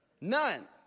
None